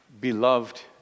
beloved